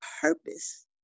purpose